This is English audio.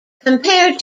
compared